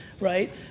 right